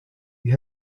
you